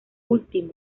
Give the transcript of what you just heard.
último